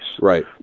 Right